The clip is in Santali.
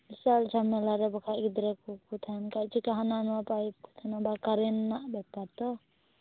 ᱵᱤᱥᱟᱞ ᱡᱷᱟᱢᱮᱞᱟ ᱨᱮ ᱵᱟᱠᱷᱟᱱ ᱜᱤᱫᱽᱨᱟ ᱠᱳ ᱠᱳ ᱛᱟᱦᱮᱱ ᱠᱷᱟᱱ ᱪᱮᱠᱟ ᱦᱟᱱᱟ ᱱᱚᱭᱟ ᱯᱟᱭᱤᱯ ᱠᱳ ᱛᱟᱦᱮᱸᱱᱟ ᱟᱵᱟᱨ ᱠᱟᱨᱮᱱᱴ ᱨᱮᱱᱟᱜ ᱵᱮᱯᱟᱨ ᱛᱚ